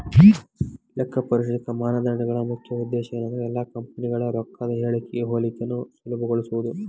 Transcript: ಲೆಕ್ಕಪರಿಶೋಧಕ ಮಾನದಂಡಗಳ ಮುಖ್ಯ ಉದ್ದೇಶ ಏನಂದ್ರ ಎಲ್ಲಾ ಕಂಪನಿಗಳ ರೊಕ್ಕದ್ ಹೇಳಿಕೆಗಳ ಹೋಲಿಕೆಯನ್ನ ಸುಲಭಗೊಳಿಸೊದು